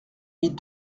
mis